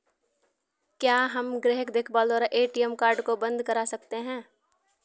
क्या हम ग्राहक देखभाल द्वारा ए.टी.एम कार्ड को बंद करा सकते हैं?